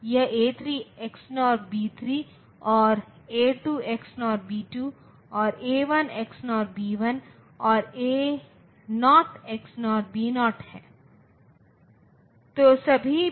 हम इसमें नहीं जाएंगे और दोनों परिवारों का उपयोग सर्किट कार्यान्वयन के लिए किया जाएगा ज्यादातर CMOS सर्किट